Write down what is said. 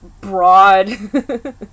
broad